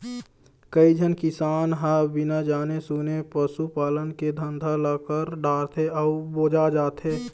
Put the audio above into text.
कइझन किसान ह बिना जाने सूने पसू पालन के धंधा ल कर डारथे अउ बोजा जाथे